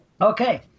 Okay